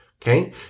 Okay